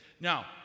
Now